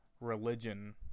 religion